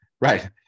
right